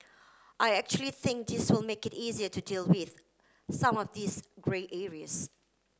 I actually think this will make it easier to deal with some of these grey areas